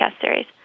series